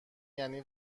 یعنی